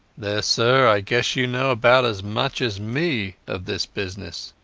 there, sir, i guess you know about as much as me of this business